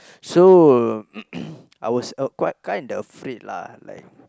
so I was uh quite kind of afraid lah like